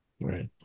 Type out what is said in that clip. Right